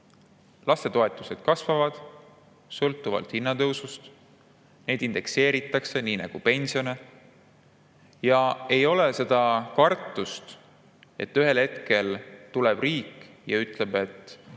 lastetoetused kasvavad sõltuvalt hinnatõusust, neid indekseeritakse nii nagu pensione ja ei ole seda kartust, et ühel hetkel tuleb riik ja ütleb: